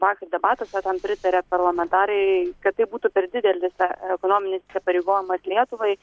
vakar debatuose tam pritarė parlamentarai kad tai būtų per didelis e ekonominis įsipareigojimas lietuvai